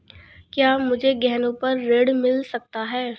क्या मुझे गहनों पर ऋण मिल सकता है?